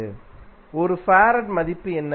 1 ஃபாரட்டின் மதிப்பு என்ன